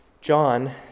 john